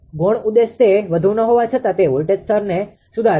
ગૌણ ઉદ્દેશ્ય તે વધુ ન હોવા છતાં તે વોલ્ટેજ સ્તરને સુધારે છે